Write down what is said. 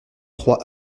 trois